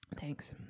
Thanks